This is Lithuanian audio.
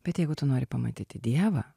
bet jeigu tu nori pamatyti dievą